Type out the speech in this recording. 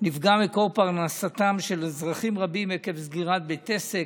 נפגע מקור פרנסתם של אזרחים רבים עקב סגירת בית עסק,